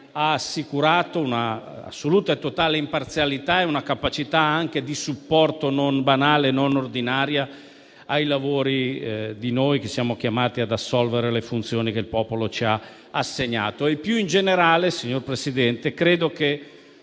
ha assicurato un'assoluta e totale imparzialità e una capacità anche di supporto, non banale e non ordinaria, ai lavori che siamo chiamati ad assolvere e alle funzioni che il popolo ci ha assegnato. Più in generale, signor Presidente, credo che